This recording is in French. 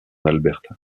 alberta